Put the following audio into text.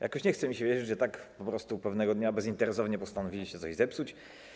Jakoś nie chce mi się wierzyć, że tak po prostu pewnego dnia bezinteresownie postanowiliście coś zepsuć.